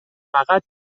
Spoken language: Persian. فقط